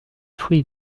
fruits